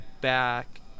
back